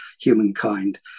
humankind